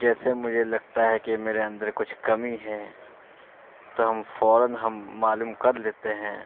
جیسے مجھے لگتا ہے کہ میرے اندر کچھ کمی ہے تو ہم فوراً ہم معلوم کر لیتے ہیں